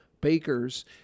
bakers